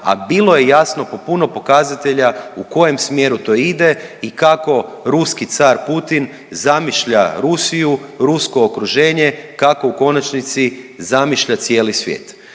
a bilo je jasno po puno pokazatelja u kojem smjeru to ide i kako ruski car Putin zamišlja Rusiju, rusko okruženje, kako u konačnici zamišlja cijeli svijet.